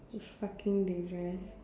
it's fucking dangerous